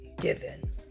given